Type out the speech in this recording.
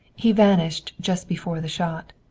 he vanished just before the shot,